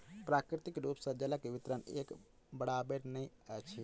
प्राकृतिक रूप सॅ जलक वितरण एक बराबैर नै अछि